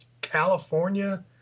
California